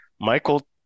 Michael